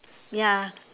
ya